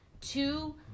two